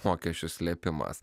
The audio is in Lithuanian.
mokesčio slėpimas